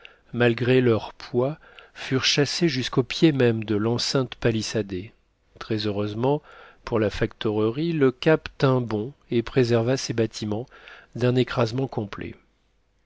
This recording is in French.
malgré leur poids furent chassés jusqu'au pied même de l'enceinte palissadée très heureusement pour la factorerie le cap tint bon et préserva ses bâtiments d'un écrasement complet